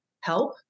help